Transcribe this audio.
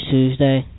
Tuesday